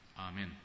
Amen